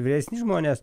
vyresni žmonės